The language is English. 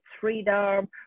freedom